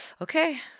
okay